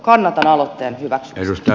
kannatan aloitteen hyväksymistä